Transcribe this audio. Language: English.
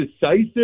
decisive